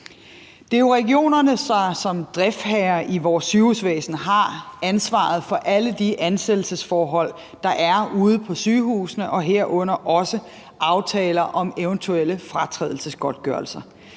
Det er jo regionerne, der som driftsherrer i vores sygehusvæsen har ansvaret for alle de ansættelsesforhold, der er ude på sygehusene, og herunder også aftaler om eventuelle fratrædelsesgodtgørelser.